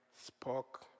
spoke